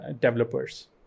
developers